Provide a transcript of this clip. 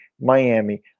Miami